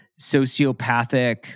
sociopathic